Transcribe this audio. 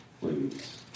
please